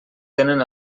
tenen